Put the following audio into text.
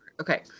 Okay